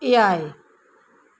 ᱮᱭᱟᱭ